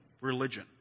religion